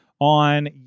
on